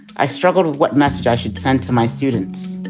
i struggled with what message i should send to my students.